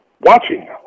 watching